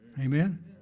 Amen